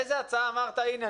איזו הצעה אמרת שהנה,